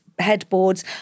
headboards